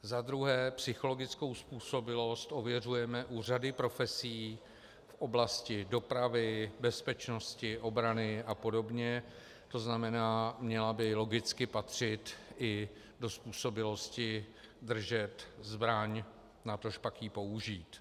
Za druhé, psychologickou způsobilost ověřujeme u řady profesí, v oblasti dopravy, bezpečnosti, obrany a podobně, to znamená, měla by logicky patřit i do způsobilosti držet zbraň, natožpak ji použít.